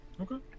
okay